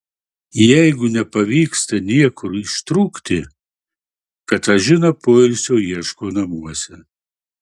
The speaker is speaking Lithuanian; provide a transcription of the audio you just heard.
jeigu nepavyksta niekur ištrūkti katažina poilsio ieško namuose